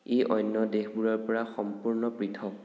ই অন্য দেশবোৰৰ পৰা সম্পূৰ্ণ পৃথক